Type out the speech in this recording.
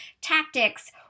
tactics